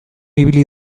ibili